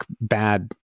bad